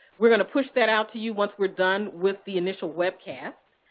we're going to push that out to you once we're done with the initial webcast.